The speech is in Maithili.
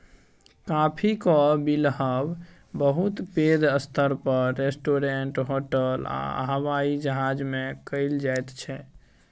काफीक बिलहब बहुत पैघ स्तर पर रेस्टोरेंट, होटल आ हबाइ जहाज मे कएल जाइत छै